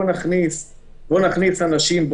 להכניס אנשים,